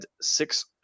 six